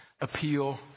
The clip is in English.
appeal